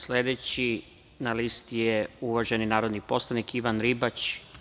Sledeći na listi je uvaženi narodni poslanik Ivan Ribać.